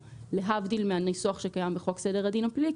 להבדיל מהניסוח שקיים בחוק סדר הדין הפלילי.